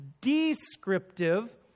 descriptive